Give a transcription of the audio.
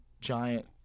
giant